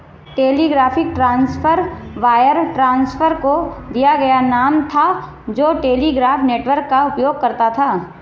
telegraphic transfer wire transfer को दिया गया नाम था जो टेलीग्राफ नेटवर्क का उपयोग करता था